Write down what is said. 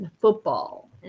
football